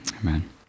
Amen